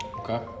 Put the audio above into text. Okay